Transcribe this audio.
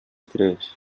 tres